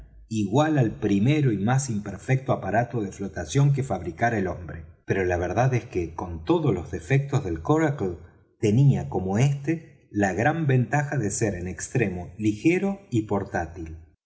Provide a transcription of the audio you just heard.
igual al primero y más imperfecto aparato de flotación que fabricara el hombre pero la verdad es que con todos los defectos del coracle tenía como este la gran ventaja de ser en extremo ligero y portátil